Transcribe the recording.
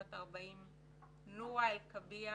בת 40. נועה אל קביע,